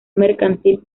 mercantil